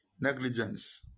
Negligence